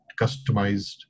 customized